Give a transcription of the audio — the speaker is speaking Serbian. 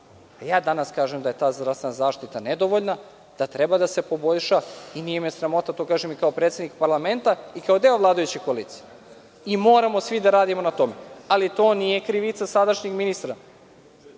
ja danas kažem da je zdravstvena zaštita nedovoljna, da treba da se poboljša, nije me sramota da to kažem i kao predsednik parlamenta i kao deo vladajuće koalicije. Moramo svi da radimo na tome, ali to nije krivica sadašnjeg ministra,